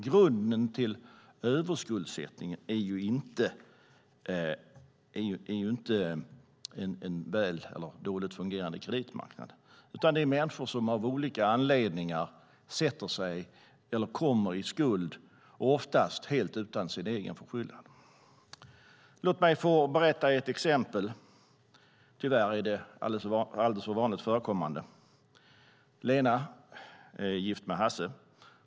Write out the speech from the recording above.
Grunden till överskuldsättning är inte en väl eller dåligt fungerande kreditmarknad, utan det är fråga om människor som av olika anledningar sätter sig eller kommer i skuld, oftast utan egen förskyllan. Låt mig få ge ett exempel, tyvärr alldeles för vanlig förekommande. Lena är gift med Hasse.